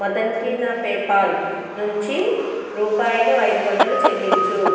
మదన్కి నా పేపాల్ నుంచి రూపాయలు ఐదు వందలు చెల్లించు